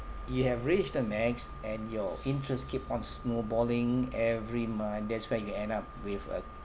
you have reached the max and your interest keep on snowballing every month that's why you end up with a